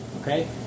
Okay